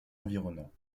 environnant